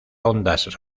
ondas